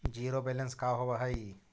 Zero balance का होव हइ?